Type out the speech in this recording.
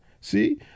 See